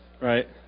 right